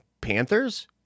Panthers